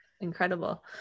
incredible